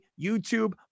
YouTube